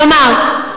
כלומר,